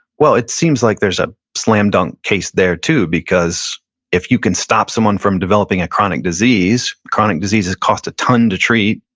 well, it seems like there's a slam dunk case there, too, because if you can stop someone from developing a chronic disease, chronic diseases cost a ton to treat,